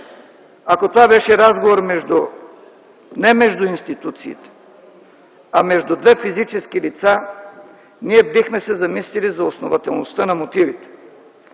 ако това беше разговор не между институциите, а между две физически лица, ние бихме се замислили за основателността на мотивите.